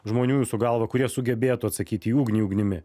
žmonių jūsų galva kurie sugebėtų atsakyti į ugnį ugnimi